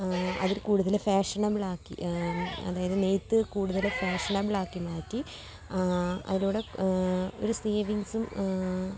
അതിൽ കൂടുതല് ഫാഷനബിളാക്കി അതായത് നെയ്ത് കൂടുതല് ഫാഷനബിളാക്കി മാറ്റി അതിലൂടെ ഒരു സേവിങ്സും